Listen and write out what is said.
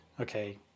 okay